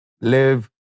live